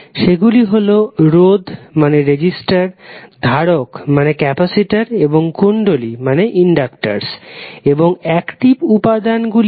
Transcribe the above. সেগুলি হল রোধ ধারক এবং কুণ্ডলী এবং অ্যাকটিভ উপাদান গুলি কি